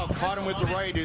caught him with a